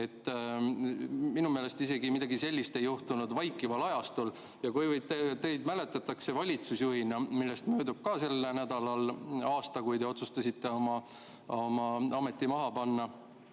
Minu meelest midagi sellist ei juhtunud isegi vaikival ajastul. Kuivõrd teid mäletatakse valitsusjuhina – sellest möödub sel nädalal aasta, kui te otsustasite oma ameti maha panna